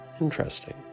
Interesting